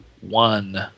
One